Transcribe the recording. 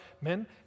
men